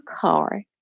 car